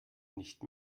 nicht